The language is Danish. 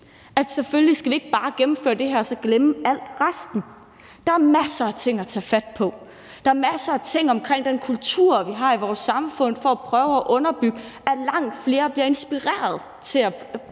vi selvfølgelig ikke bare skal gennemføre det her og så glemme resten. Der er masser af ting at tage fat på. Der er masser af ting omkring den kultur, vi har i vores samfund, i forhold til at prøve at underbygge, at langt flere bliver inspireret til at gå